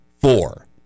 four